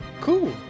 cool